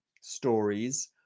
stories